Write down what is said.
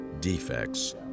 defects